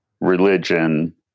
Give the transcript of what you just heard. Religion